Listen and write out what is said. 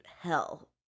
hell